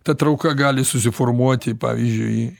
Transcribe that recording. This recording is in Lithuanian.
ta trauka gali susiformuoti pavyzdžiui